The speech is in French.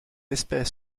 espèce